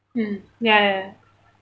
mm ya ya